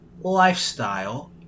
lifestyle